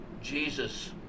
Jesus